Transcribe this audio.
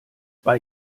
bei